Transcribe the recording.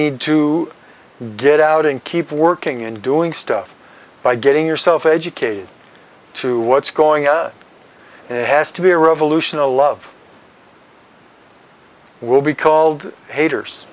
need to get out and keep working and doing stuff by getting yourself educated to what's going on and it has to be a revolution a lot of will be called haters